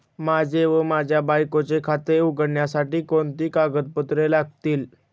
माझे व माझ्या बायकोचे खाते उघडण्यासाठी कोणती कागदपत्रे लागतील?